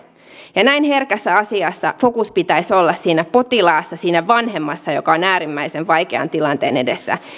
ja näin herkässä asiassa fokuksen pitäisi olla siinä potilaassa siinä vanhemmassa joka on äärimmäisen vaikean tilanteen edessä